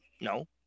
No